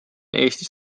eestis